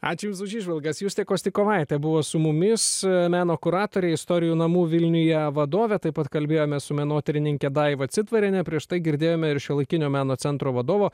ačiū jums už įžvalgas justė kostikovaitė buvo su mumis meno kuratorė istorijų namų vilniuje vadovė taip pat kalbėjomės su menotyrininke daiva citvariene prieš tai girdėjome ir šiuolaikinio meno centro vadovo